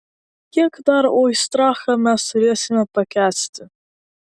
kiek dar oistrachą mes turėsime pakęsti